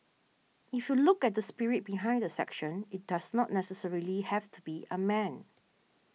if you look at the spirit behind the section it does not necessarily have to be a man